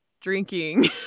drinking